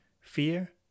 Fear